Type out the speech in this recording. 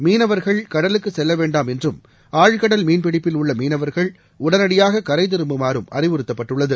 மீனவர்கள் கடலுக்கு செல்ல வேண்டாம் என்றும் ஆழ்கடல் மீன்பிடிப்பில் உள்ள மீனவர்கள் உடனடியாக கரை திரும்புமாறும் அறிவுறுத்தப்பட்டுள்ளது